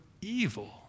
evil